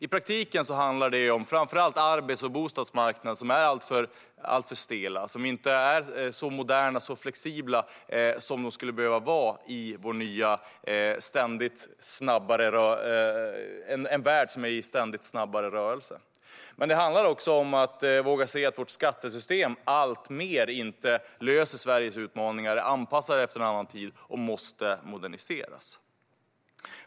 I praktiken handlar det om framför allt arbets och bostadsmarknaderna som är alltför stela och inte så moderna och flexibla som de skulle behöva vara i en värld som är i ständigt snabbare rörelse. Det handlar också om att våga säga att vårt skattesystem alltmer inte löser Sveriges utmaningar, är anpassat efter en annan tid och måste moderniseras.